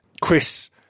Chris